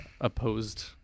opposed